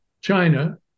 China